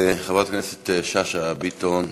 חברת הכנסת שאשא ביטון,